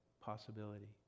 possibility